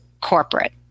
corporate